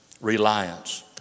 reliance